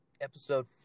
episode